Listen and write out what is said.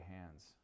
hands